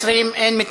סעיפים 1 2 נתקבלו.